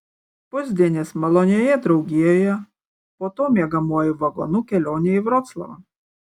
pusdienis malonioje draugijoje po to miegamuoju vagonu kelionė į vroclavą